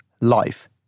life